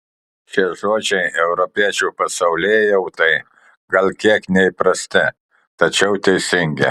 šie žodžiai europiečio pasaulėjautai gal kiek neįprasti tačiau teisingi